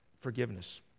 forgiveness